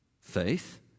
faith